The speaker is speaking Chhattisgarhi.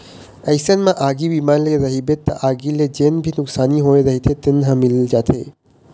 अइसन म आगी बीमा ले रहिबे त आगी ले जेन भी नुकसानी होय रहिथे तेन ह मिल जाथे